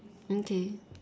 okay